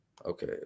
Okay